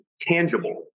tangible